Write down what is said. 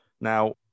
now